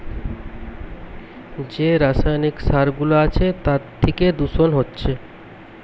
যে রাসায়নিক সার গুলা আছে তার থিকে দূষণ হচ্ছে